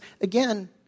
again